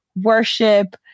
worship